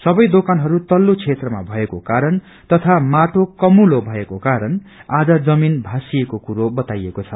सबै दोकानहरू तल्लो क्षेत्रमा भएको कारण तथा माटो कमुलो भएको कारण आज जमीन भास्सिएको कुरो बताइएको छ